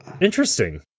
interesting